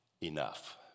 Enough